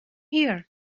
here